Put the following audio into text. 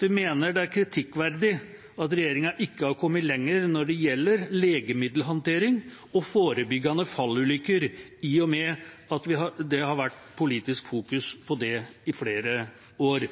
mener det er «kritikkverdig at regjeringen ikke har kommet lengre når det gjelder legemiddelhåndtering og forebygging av fallulykker i og med at det har vært politisk fokus på dette i flere år».